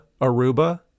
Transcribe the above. Aruba